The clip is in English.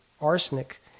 arsenic